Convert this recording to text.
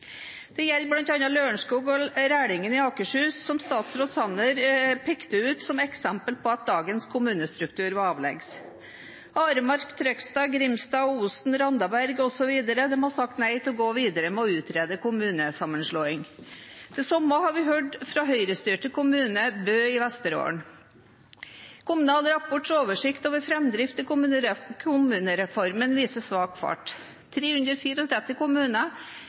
Dette gjelder bl.a. Lørenskog og Rælingen i Akershus, som statsråd Sanner pekte ut som eksempel på at dagens kommunestruktur var avleggs. Aremark, Trøgstad, Grimstad, Osen, Randaberg osv. har sagt nei til å gå videre med å utrede kommunesammenslåing. Det samme har vi hørt fra den Høyre-styrte kommunen Bø i Vesterålen. Kommunal Rapports oversikt over framdrift i kommunereformen viser svak fart. 334 kommuner